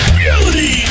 reality